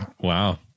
Wow